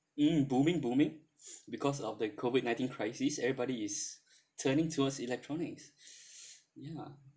mm booming booming because of the COVID nineteen crisis everybody is turning towards electronics ya